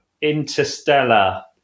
Interstellar